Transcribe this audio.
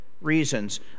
reasons